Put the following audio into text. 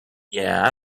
yeah